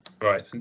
Right